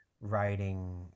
writing